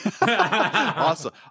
Awesome